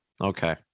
Okay